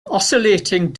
oscillating